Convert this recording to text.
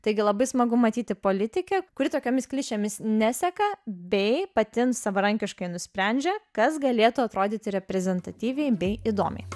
taigi labai smagu matyti politikę kuri tokiomis klišėmis neseka bei patins savarankiškai nusprendžia kas galėtų atrodyti reprezentatyviai bei įdomiai